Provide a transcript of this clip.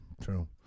True